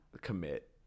commit